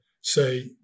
say